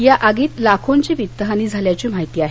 या आगीत लाखोंची वित्तहानी झाल्याची माहिती आहे